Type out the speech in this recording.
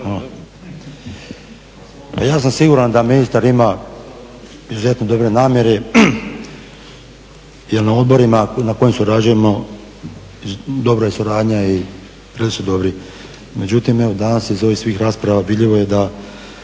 ja sam siguran da ministar ima izuzetno dobre namjere jer na odborima na kojima surađujemo dobra je suradnja i …/Govornik se ne razumije./…. Međutim, evo danas iz ovih svih rasprava vidljivo je da